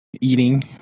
eating